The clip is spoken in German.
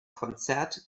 konzert